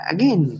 Again